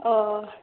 अ